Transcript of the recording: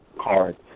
cards